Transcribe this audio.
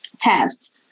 test